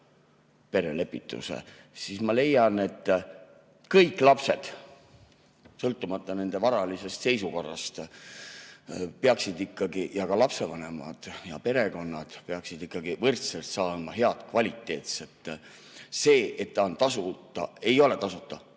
perelepituse, siis ma leian, et kõik lapsed, sõltumata nende varalisest seisukorrast, ja ka lapsevanemad ja perekonnad peaksid ikkagi võrdselt saama head, kvaliteetset [teenust]. See, et ta on tasuta – ei ole tasuta!